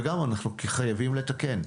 וגם כי אנחנו חייבים לתקן.